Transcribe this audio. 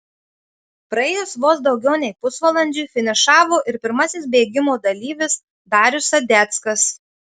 praėjus vos daugiau nei pusvalandžiui finišavo ir pirmasis bėgimo dalyvis darius sadeckas